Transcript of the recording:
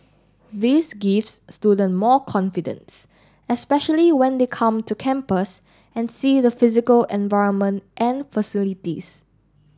this gives student more confidence especially when they come to campus and see the physical environment and facilities